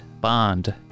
bond